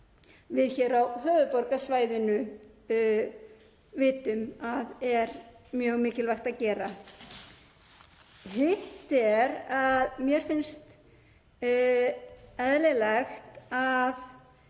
við hér á höfuðborgarsvæðinu vitum að er mjög mikilvægt að gera. Hitt er að mér finnst eðlilegt að